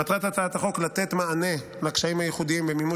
מטרת הצעת החוק לתת מענה לקשיים הייחודיים במימוש